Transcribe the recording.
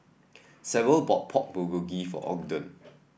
Sable bought Pork Bulgogi for Ogden